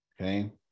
Okay